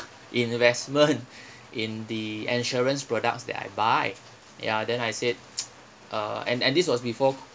investment in the insurance products that I buy ya then I said uh and and this was before